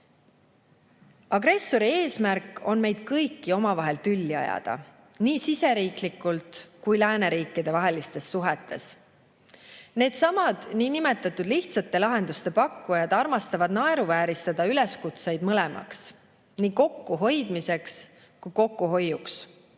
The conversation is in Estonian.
Agressori eesmärk on meid kõiki omavahel tülli ajada nii siseriiklikult kui ka lääneriikidevahelistes suhetes. Needsamad niinimetatud lihtsate lahenduste pakkujad armastavad naeruvääristada üleskutseid mõlemaks: nii kokku hoidmiseks kui ka kokkuhoiuks.